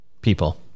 people